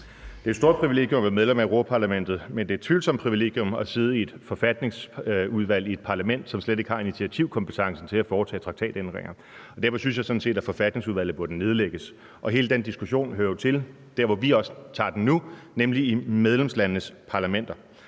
Det er et stort privilegium at være medlem af Europa-Parlamentet, men det er et tvivlsomt privilegium at sidde i et forfatningsudvalg i et parlament, som slet ikke har initiativkompetencen til at foretage traktatændringer. Derfor synes jeg sådan set, at forfatningsudvalget burde nedlægges, og hele den diskussion hører jo til der, hvor vi også tager den nu, nemlig i medlemslandenes parlamenter.